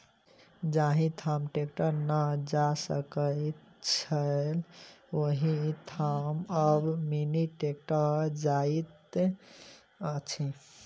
जाहि ठाम ट्रेक्टर नै जा सकैत छलै, ओहि ठाम आब मिनी ट्रेक्टर जाइत अछि